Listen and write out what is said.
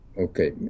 Okay